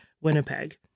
Winnipeg